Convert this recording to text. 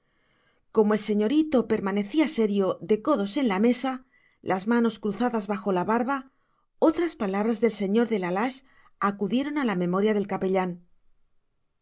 como el señorito permanecía serio de codos en la mesa las manos cruzadas bajo la barba otras palabras del señor de la lage acudieron a la memoria del capellán